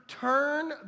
turn